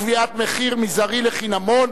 קביעת מחיר מזערי לחינמון),